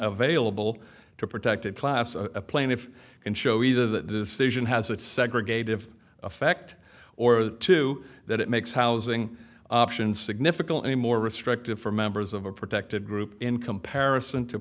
available to protected class a plaintiff can show either the station has its segregated effect or to that it makes housing options significantly more restrictive for members of a protected group in comparison to